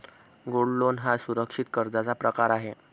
gold loan हा सुरक्षित कर्जाचा प्रकार आहे